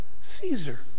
Caesar